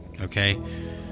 Okay